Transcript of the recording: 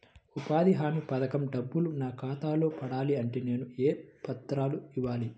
ఉపాధి హామీ పథకం డబ్బులు నా ఖాతాలో పడాలి అంటే నేను ఏ పత్రాలు ఇవ్వాలి?